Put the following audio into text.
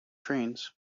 trains